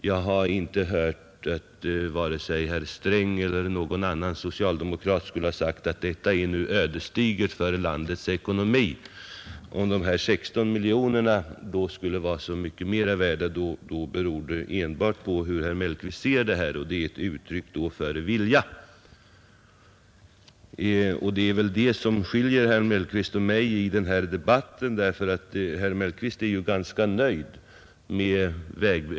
Jag har inte hört att vare sig herr Sträng eller någon annan socialdemokrat skulle ha sagt att detta var ödesdigert för landets ekonomi. Om de här 16 miljonerna skulle vara så mycket mera värda beror det enbart på hur herr Mellqvist ser det, och det är då ett uttryck för vilja. Det är detta som skiljer herr Mellqvist och mig i den här debatten. Herr Mellqvist är ju ganska nöjd.